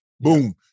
Boom